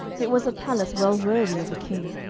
it was a palace well worthy of a king.